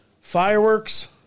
fireworks